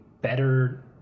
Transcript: better